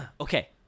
Okay